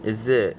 is it